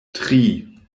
tri